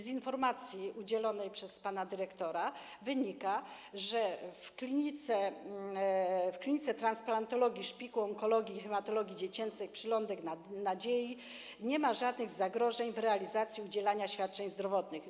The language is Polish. Z informacji udzielonej przez pana dyrektora wynika, że w Klinice Transplantologii Szpiku, Onkologii i Hematologii Dziecięcej Przylądek Nadziei nie ma żadnych zagrożeń w realizacji udzielanych świadczeń zdrowotnych.